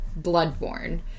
Bloodborne